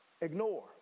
ignore